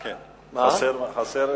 כן, זה זה,